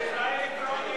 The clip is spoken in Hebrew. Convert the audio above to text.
מי בעד?